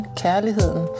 kærligheden